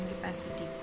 capacity